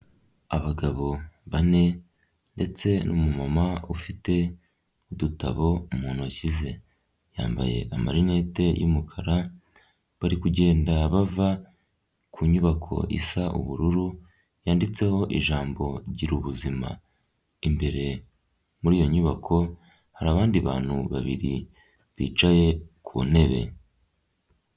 Abagabo bane ndetse n'umumama ufite udutabo mu ntoki ze, yambaye amarinete y'umukara, bari kugenda bava ku nyubako isa ubururu yanditseho ijambo gira ubuzima, imbere muri iyo nyubako hari abandi bantu babiri bicaye ku ntebe.